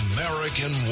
American